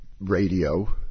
radio